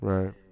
Right